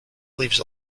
leaves